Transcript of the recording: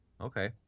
Okay